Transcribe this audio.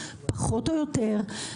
פחות או יותר.